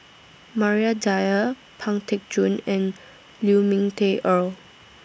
Maria Dyer Pang Teck Joon and Lu Ming Teh Earl